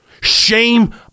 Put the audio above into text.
Shame